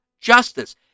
justice